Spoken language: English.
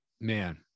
Man